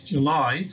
July